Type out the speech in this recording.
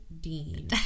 Dean